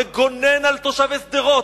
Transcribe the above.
לגונן על תושבי שדרות,